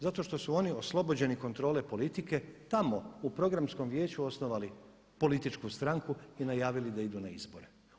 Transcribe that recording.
Zato što su oni oslobođeni politike, tamo u programskom vijeću osnovali političku stranku i najavili da idu na izbore.